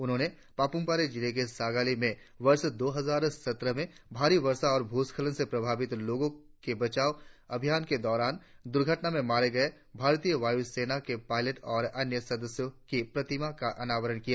उन्होंने पापुमपारे जिले के सागाली में वर्ष दो हजार सत्रह में भारी वर्षा और भूस्खलन से प्रभावित लोगों के बचाव अभियान के दौरान दूर्घटना में मारे गए भारतीय वायु सेना के पायलट और अन्य सदस्यों की प्रतिमा का अनावरण किया